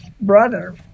brother